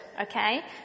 Okay